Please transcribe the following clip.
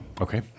Okay